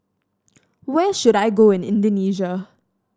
where should I go in Indonesia